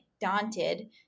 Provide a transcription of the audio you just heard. daunted